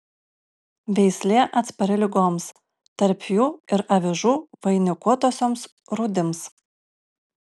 veislė atspari ligoms tarp jų ir avižų vainikuotosioms rūdims